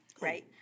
Right